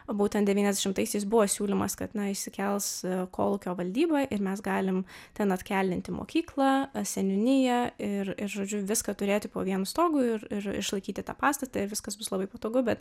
būtent devyniasdešimtaisias buvo siūlymas kad na išsikels kolūkio valdyba ir mes galim ten atkeldinti mokyklą seniūniją ir ir žodžiu viską turėti po vienu stogu ir išlaikyti tą pastatą ir viskas bus labai patogu bet